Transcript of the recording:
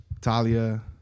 Talia